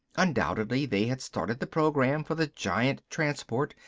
undoubtedly they had started the program for the giant transport,